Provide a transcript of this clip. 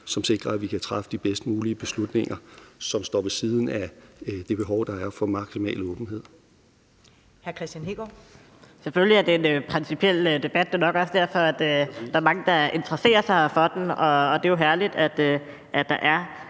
der sikrer, at vi kan træffe de bedst mulige beslutninger, som står ved siden af det behov, der er for maksimal åbenhed.